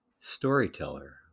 storyteller